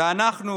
ושאנחנו,